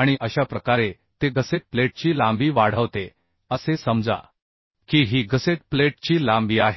आणि अशा प्रकारे ते गसेट प्लेटची लांबी वाढवते असे समजा की ही गसेट प्लेटची लांबी आहे